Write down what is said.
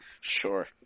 Sure